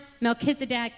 Melchizedek